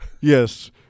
Yes